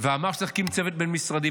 ואמר שצריך להקים צוות בין-משרדי.